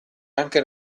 anche